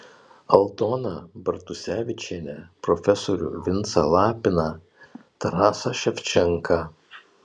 aldoną bartusevičienę profesorių vincą lapiną tarasą ševčenką